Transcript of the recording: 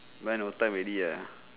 but no time already uh